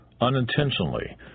unintentionally